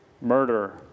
murder